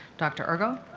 dr. urgo?